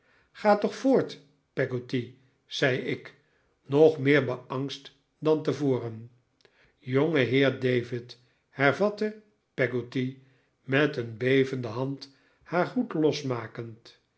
ga toch voort peggotty zei ik nog meer beangst dan tevoren jongeheer david hervatte peggotty met een bevende hand haar hoed losmakend